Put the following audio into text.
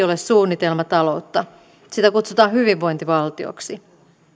ole suunnitelmataloutta sitä kutsutaan hyvinvointivaltioksi